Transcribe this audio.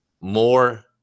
more